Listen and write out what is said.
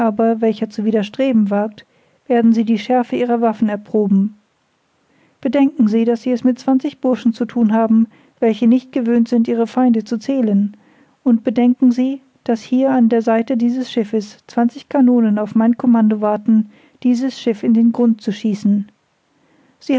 welcher zu widerstreben wagt werden sie die schärfe ihrer waffen erproben bedenken sie daß sie es mit zwanzig burschen zu thun haben welche nicht gewöhnt sind ihre feinde zu zählen und bedenken sie daß hier an der seite dieses schiffes zwanzig kanonen auf mein kommando warten dieses schiff in den grund zu schießen sie